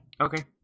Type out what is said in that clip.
Okay